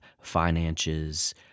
finances